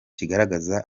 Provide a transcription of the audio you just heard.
kigaragaza